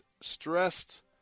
stressed